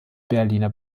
berliner